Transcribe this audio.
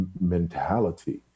mentality